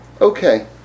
Okay